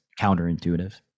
counterintuitive